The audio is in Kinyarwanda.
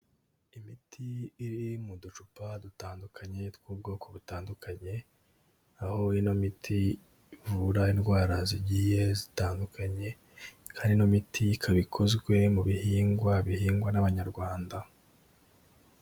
Imiti iri mu ducupa dutandukanye tw'ubwoko butandukanye, aho ino miti ivura indwara zigiye zitandukanye, kandi ino miti ikaba ikozwe mu bihingwa bihingwa n'Abanyarwanda.